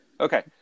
Okay